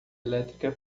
elétrica